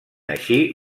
així